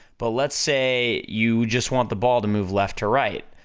but let's say, you just want the ball to move left to right,